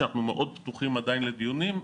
שאנחנו מאוד פתוחים עדיין לדיונים,